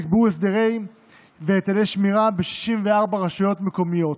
נקבעו הסדרי והיטלי שמירה ב-64 רשויות מקומיות.